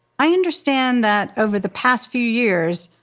i understand that over the past few years,